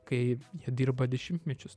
kai jie dirba dešimtmečius